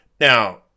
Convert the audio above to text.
Now